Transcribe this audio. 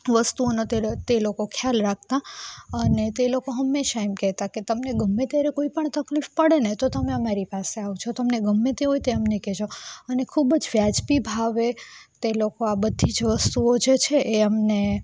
વસ્તુનો તે લોકો ખ્યાલ રાખતા અને તે લોકો હંમેશા એમ કહેતા કે તમને ગમે ત્યારે કોઈપણ તકલીફ પડે ને તો તમે અમારી પાસે આવજો તમને ગમે તે હોય એ અમને કહેજો અને ખૂબ જ વ્યાજબી ભાવે તે લોકો આ બધી જ વસ્તુઓ જે છે એ અમને